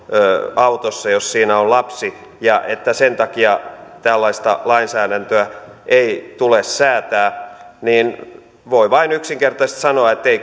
autossa jos siinä on lapsi ja että sen takia tällaista lainsäädäntöä ei tule säätää niin voi vain yksinkertaisesti sanoa että ei